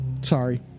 Sorry